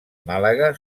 màlaga